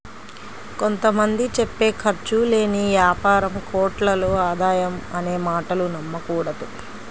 కొంత మంది చెప్పే ఖర్చు లేని యాపారం కోట్లలో ఆదాయం అనే మాటలు నమ్మకూడదు